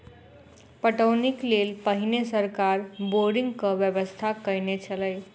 पटौनीक लेल पहिने सरकार बोरिंगक व्यवस्था कयने छलै